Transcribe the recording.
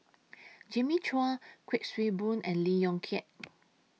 Jimmy Chua Kuik Swee Boon and Lee Yong Kiat